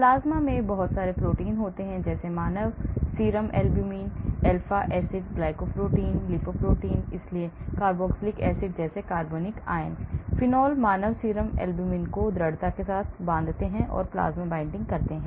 plasma में बहुत सारे प्रोटीन होते हैं जैसे मानव serum albumin alpha acid glycoprotein lipoprotein इसलिए कार्बोक्जिलिक एसिड जैसे कार्बनिक आयन फिनोल मानव सीरम एल्ब्यूमिन को दृढ़ता से बांधते plasma binding हैं